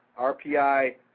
RPI